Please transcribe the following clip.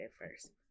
first